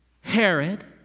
Herod